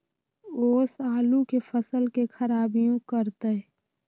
ओस आलू के फसल के खराबियों करतै?